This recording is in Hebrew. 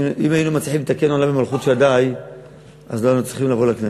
אם היינו יכולים לתקן עולם במלכות שדי לא היינו צריכים לבוא לכנסת.